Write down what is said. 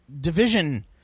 Division –